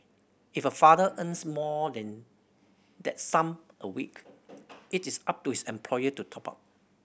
if a father earns more than that sum a week it is up to his employer to top up